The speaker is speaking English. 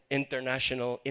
international